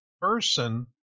person